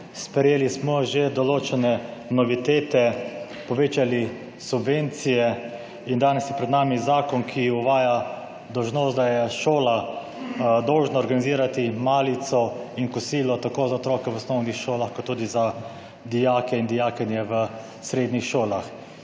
Sprejeli smo že določene novitete in povečali subvencije. Danes je pred nami zakon, ki uvaja dolžnost, da je šola dolžna organizirati malico in kosilo tako za otroke v osnovnih šolah kot tudi za dijakinje in dijake v srednjih šolah.